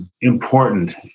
important